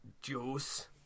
juice